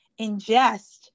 ingest